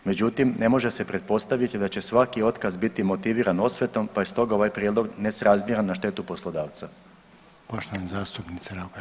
Međutim ne može se pretpostaviti da će svaki otkaz biti motiviran osvetom, pa je stoga ovaj prijedlog nesrazmjeran na štetu poslodavca.